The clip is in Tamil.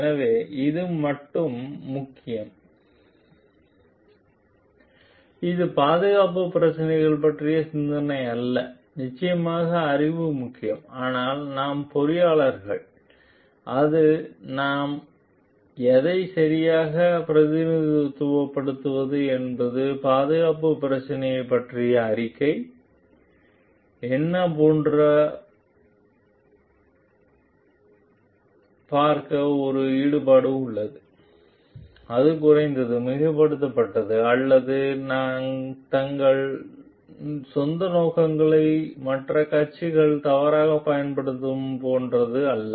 எனவே அது மட்டும் முக்கியம் இது பாதுகாப்பு பிரச்சினைகள் பற்றி சிந்தனை அல்ல நிச்சயமாக அறிவு முக்கியம் ஆனால் நாம் பொறியாளர்கள் அது நாம் அதை சரியாக பிரதிநிதித்துவம் என்று பாதுகாப்பு பிரச்சினைகள் பற்றி அறிக்கை என்ன போன்ற பார்க்க ஒரு ஈடுபாடு உள்ளது அது குறைத்து மிகைப்படுத்தப்பட்டது அல்லது தங்கள் சொந்த நோக்கங்களை மற்ற கட்சிகள் தவறாக பயன்படுத்தப்படும் போன்ற அல்ல